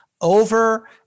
over